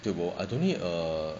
tio bo I don't need a